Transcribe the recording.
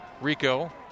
Rico